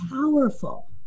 powerful